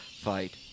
fight